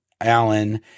Allen